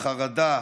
חרדה,